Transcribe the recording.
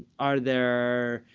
are there,